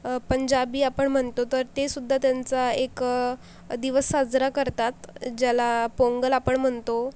पंजाबी आपण म्हणतो तर ते सुद्धा त्यांचा एक दिवस साजरा करतात ज्याला पोंगल आपण म्हणतो